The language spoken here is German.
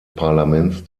parlaments